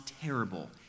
terrible